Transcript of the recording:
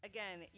Again